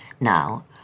Now